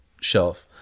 shelf